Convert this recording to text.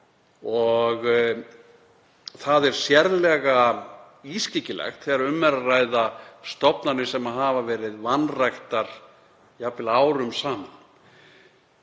Það er sérlega ískyggilegt þegar um er að ræða stofnanir sem hafa verið vanræktar, jafnvel árum saman.